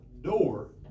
door